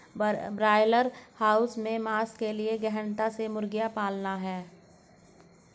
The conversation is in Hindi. ब्रॉयलर हाउस में मांस के लिए गहनता से मुर्गियां पालना है